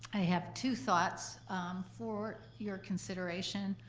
i have two thoughts for your consideration.